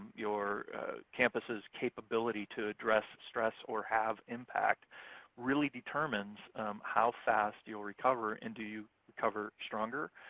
your campus's capability to address stress or have impact really determines how fast you'll recover. and do you recover stronger,